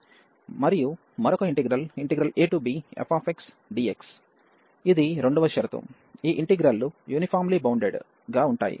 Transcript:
మరియు మరొక integral abfxdx ఇది రెండవ షరతు ఈ ఇంటిగ్రల్ లు యూనిఫార్మ్లీ బౌండెడ్ గా ఉంటాయి